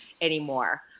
anymore